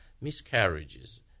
Miscarriages